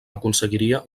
aconseguiria